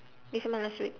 this month last week